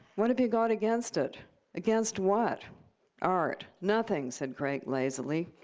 what have you got against it against what art. nothing said crake, lazily.